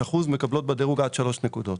ב-75% מקבלות בדירוג עד שלוש נקודות,